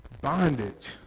Bondage